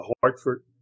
Hartford